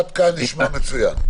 עד כאן נשמע מצוין.